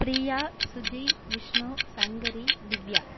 Priya Suji Vishnu Shankari Divya